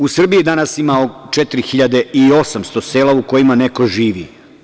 U Srbiji danas ima oko 4.800 sela u kojima neko živi.